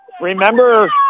Remember